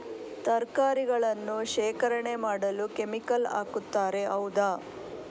ತರಕಾರಿಗಳನ್ನು ಶೇಖರಣೆ ಮಾಡಲು ಕೆಮಿಕಲ್ ಹಾಕುತಾರೆ ಹೌದ?